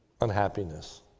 unhappiness